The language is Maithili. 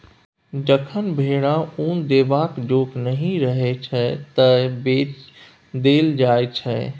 जखन भेरा उन देबाक जोग नहि रहय छै तए बेच देल जाइ छै